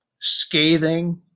scathing